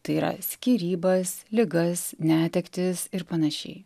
tai yra skyrybas ligas netektis ir panašiai